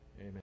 Amen